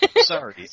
Sorry